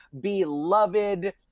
beloved